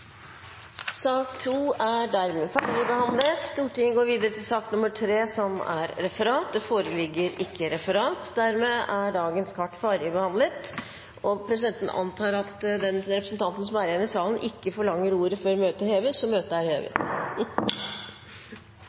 Sak nr. 2 er dermed ferdigbehandlet. Det foreligger ikke referat. Dermed er dagens kart ferdig behandlet. Presidenten antar at den representanten som er igjen i salen, ikke forlanger ordet før møtet heves. – Møtet er hevet.